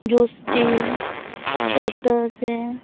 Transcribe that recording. ᱡᱳᱥᱴᱤ ᱥᱟᱛᱟᱥᱮ